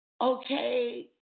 okay